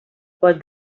pot